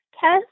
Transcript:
test